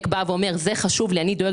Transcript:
אני מבין